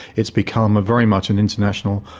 it's become ah very much an international,